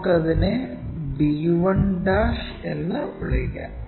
നമുക്ക് ഇതിനെ b 1' എന്ന് വിളിക്കാം